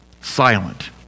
silent